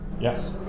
Yes